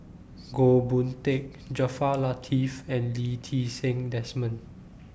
Goh Boon Teck Jaafar Latiff and Lee Ti Seng Desmond